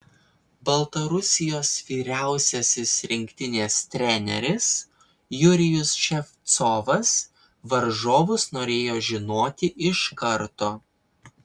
baltarusijos vyriausiasis rinktinės treneris jurijus ševcovas varžovus norėjo žinoti iš karto